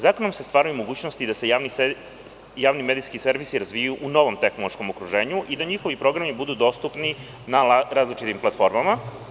Zakonom se stvaraju mogućnosti da se javni medijski servisi razvijaju u novom tehnološkom okruženju i da njihovi programi budu dostupni na različitim platformama.